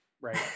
Right